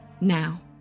now